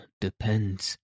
depends